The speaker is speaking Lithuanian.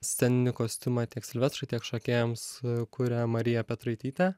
sceninį kostiumą tiek silvestrui tiek šokėjams kuria marija petraitytė